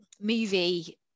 movie